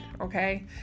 okay